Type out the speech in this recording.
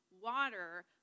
water